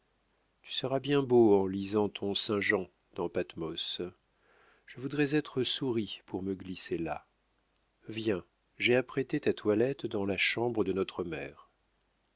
tu seras bien beau en lisant ton saint jean dans pathmos je voudrais être souris pour me glisser là viens j'ai apprêté ta toilette dans la chambre de notre mère